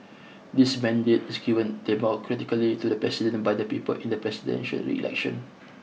this mandate is given democratically to the president by the people in the presidential election